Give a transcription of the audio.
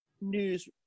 news